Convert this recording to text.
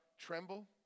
tremble